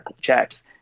checks